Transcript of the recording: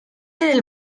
del